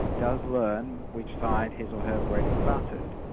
does learn which side his or her bread is buttered,